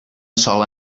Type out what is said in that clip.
sola